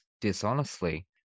dishonestly